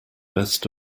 best